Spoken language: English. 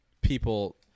people